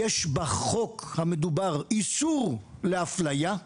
יש בחוק המדובר איסור להפליה.